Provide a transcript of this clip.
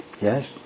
yes